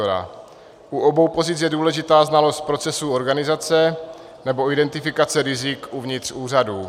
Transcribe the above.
U obou pozic je důležitá znalost procesu organizace nebo identifikace rizik uvnitř úřadů.